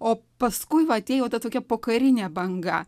o paskui atėjo ta tokia pokarinė banga